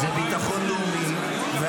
בהפצת חומר תעמולה ובארגון טרור פעמיים,